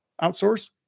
outsource